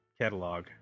catalog